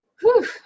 whew